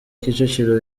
kicukiro